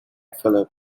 philip